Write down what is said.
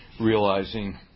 realizing